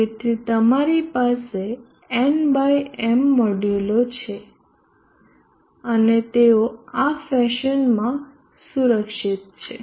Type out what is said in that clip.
તેથી તમારી પાસે N બાય M મોડ્યુલો છે અને તેઓ આ ફેશનમાં સુરક્ષિત છે